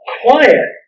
quiet